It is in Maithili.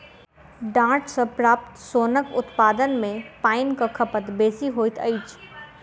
डांट सॅ प्राप्त सोनक उत्पादन मे पाइनक खपत बेसी होइत अछि